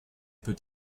peut